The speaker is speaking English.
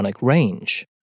range